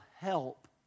help